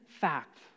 fact